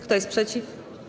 Kto jest przeciw?